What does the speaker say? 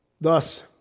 Thus